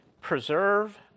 Preserve